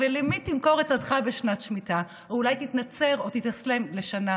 / ולמי תמכור את 'שדך' בשנת שמיטה / או אולי תתאסלם או תתנצר לשנה?